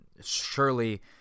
surely